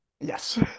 Yes